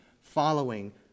following